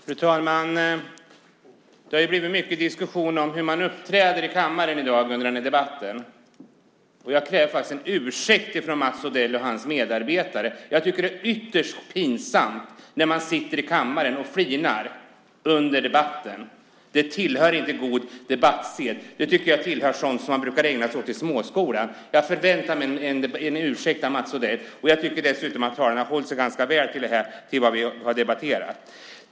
Fru talman! Det har blivit mycket diskussion i debatten i dag om hur man uppträder i kammaren. Jag kräver en ursäkt från Mats Odell och hans medarbetare. Jag tycker att det är ytterst pinsamt när man sitter i kammaren och flinar under debatten. Det tillhör inte god debattsed. Det tycker jag tillhör sådant som man brukade ägna sig åt i småskolan. Jag förväntar mig en ursäkt av Mats Odell. Jag tycker dessutom att talarna har hållit sig ganska väl till vad vi har debatterat.